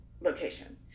location